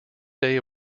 day